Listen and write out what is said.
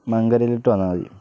മങ്കരയിലോട്ട് വന്നാൽ മതി